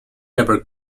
never